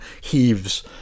heaves